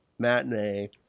matinee